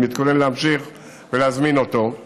אבל אני מתכונן להמשיך ולהזמין אותו,